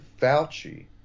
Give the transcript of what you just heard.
Fauci